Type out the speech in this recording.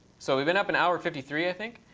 so we've been up an hour fifty three, i think?